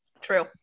true